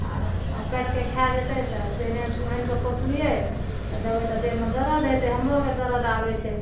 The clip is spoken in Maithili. आ ओ काटिके खा जेतै तऽ जेहने ओहेनके पोसलियै तऽ देबै तऽ देह मे दरद हेतै हमरो आरके दरद आबै छै